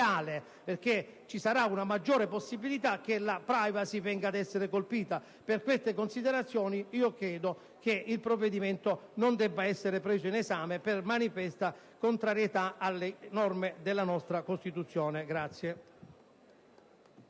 perché ci sarà una maggiore possibilità che la *privacy* venga ad essere colpita. Per queste considerazioni chiedo che il provvedimento non venga preso in esame per manifesta contrarietà alle norme della nostra Costituzione.